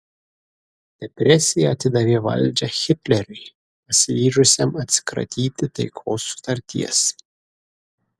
depresija atidavė valdžią hitleriui pasiryžusiam atsikratyti taikos sutarties